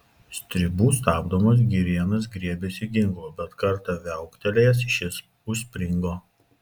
stribų stabdomas girėnas griebėsi ginklo bet kartą viauktelėjęs šis užspringo